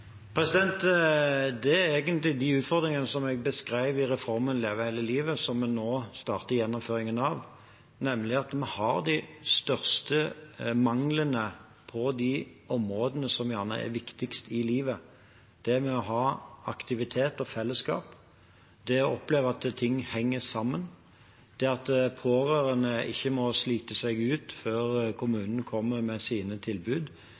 Det er egentlig de utfordringene som jeg beskrev i reformen Leve hele livet, som vi nå starter gjennomføringen av, nemlig at vi har de største manglene på de områdene som gjerne er viktigst i livet – det å ha aktivitet og fellesskap, det å oppleve at ting henger sammen, at pårørende ikke må slite seg ut før kommunen kommer med sine tilbud,